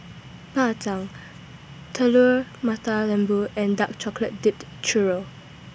Bak Chang Telur Mata Lembu and Dark Chocolate Dipped Churro